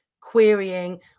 Querying